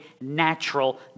natural